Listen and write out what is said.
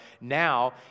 now